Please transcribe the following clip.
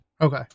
Okay